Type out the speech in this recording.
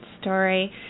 story